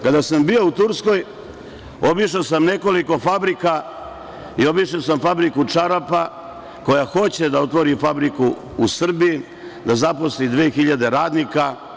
Kada sam bio u Turskoj obišao sam nekoliko fabrika i obišao sam fabriku čarapa koja hoće da otvori fabriku u Srbiji, da zaposli dve hiljade radnika.